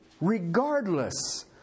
regardless